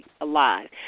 alive